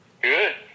Good